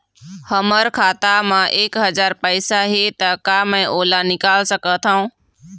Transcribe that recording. हमर खाता मा एक हजार पैसा हे ता का मैं ओला निकाल सकथव?